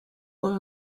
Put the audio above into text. were